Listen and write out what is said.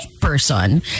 person